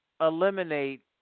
eliminate